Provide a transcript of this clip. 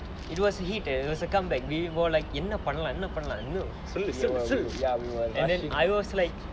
it was hit it was a comeback we were like and I was like